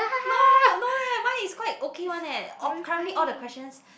no no leh mine is quite okay one eh of currently all the questions